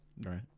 Right